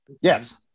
Yes